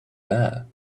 there